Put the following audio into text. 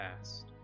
past